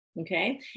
Okay